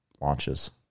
launches